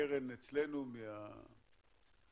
הקרן אצלנו מהגז